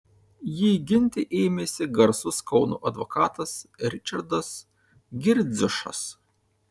jį ginti ėmėsi garsus kauno advokatas ričardas girdziušas